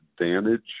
advantage